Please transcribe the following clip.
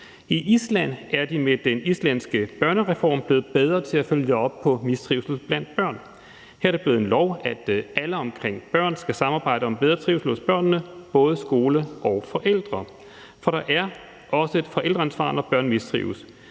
I Island er de med den islandske børnereform blevet bedre til at følge op på mistrivsel blandt børn. Her er det blevet en lov, at alle omkring barnet skal samarbejde om bedre trivsel hos barnet, både skole og forældre. For der er også et forældreansvar, når børn mistrives.